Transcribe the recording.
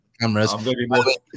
Cameras